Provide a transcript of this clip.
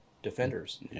defenders